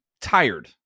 tired